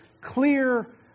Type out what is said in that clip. clear